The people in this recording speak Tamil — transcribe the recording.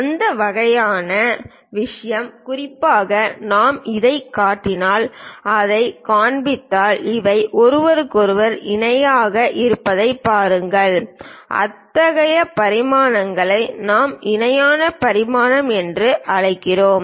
அந்த வகையான விஷயம் குறிப்பாக நாம் இதைக் காட்டினால் அதைக் காண்பித்தால் இவை ஒருவருக்கொருவர் இணையாக இருப்பதைப் பாருங்கள் அத்தகைய பரிமாணங்களை நாம் இணையான பரிமாணம் என்று அழைக்கிறோம்